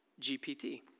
GPT